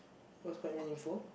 it was quite meaningful